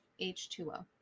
H2O